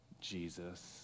Jesus